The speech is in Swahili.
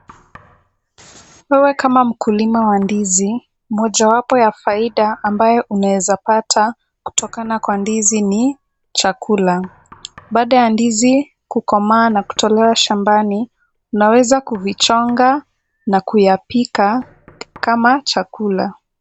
Wewe kama mkulima wa ndizi, moja wapo ya faida ambayo unaweza pata kutokana kwa ndizi ni chakula. Baada ya ndizi kukomaa na kutolewa shambani, unaweza kuvichonga na kuyapika kama chakula.